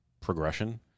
progression